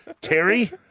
Terry